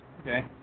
Okay